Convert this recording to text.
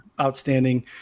outstanding